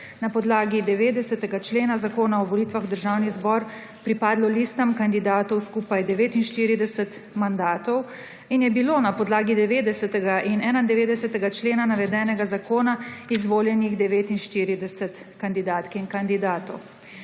na podlagi 90. člena Zakona o volitvah v državni zbor pripadlo listam kandidatov skupaj 49 mandatov in je bilo na podlagi 90. in 91. člena navedenega zakona izvoljenih 49 kandidatk in kandidatov.